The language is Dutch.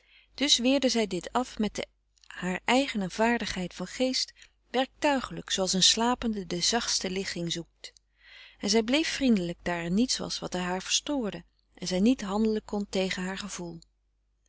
dus weerde zij dit af met de haar eigene vaardigheid van geest werktuigelijk zooals een slapende de zachtste ligging zoekt en zij bleef vriendelijk daar er niets was wat haar verstoorde en zij niet handelen kon tegen haar gevoel